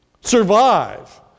survive